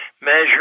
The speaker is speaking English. measure